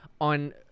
on